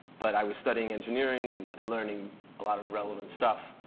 but i was studying engineering, and learning a lot of relevant stuff.